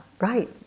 right